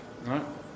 Right